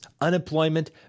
Unemployment